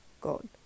God